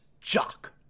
jock